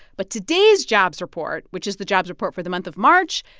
but today's jobs report, which is the jobs report for the month of march,